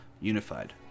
Unified